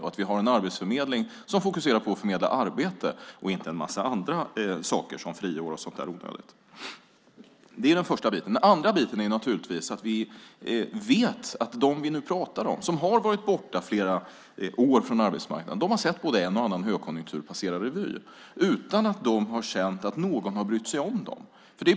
Då ska vi också ha en arbetsförmedling som fokuserar på att förmedla arbete, inte en massa onödiga saker som friår och sådant. Det andra är att vi vet att de vi nu pratar om, de som i flera år varit borta från arbetsmarknaden, sett både en och flera högkonjunkturer passera utan att de känt att någon brytt sig om dem.